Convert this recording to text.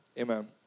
amen